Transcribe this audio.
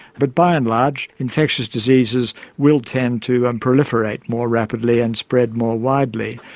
but by and large infectious diseases will tend to and proliferate more rapidly and spread more widely.